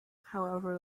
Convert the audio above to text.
however